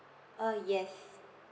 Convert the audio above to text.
uh yes